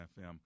FM